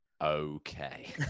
Okay